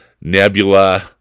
Nebula